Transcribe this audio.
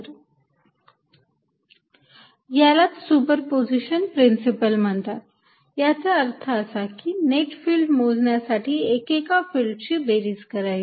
Fnet14π0qQiri3ri यालाच superposition principle म्हणतात याचा अर्थ असा की नेट फिल्ड मोजण्यासाठी एकेका फिल्डची बेरीज करायची